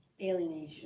alienation